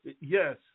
Yes